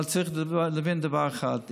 אבל צריך להבין דבר אחד,